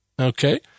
Okay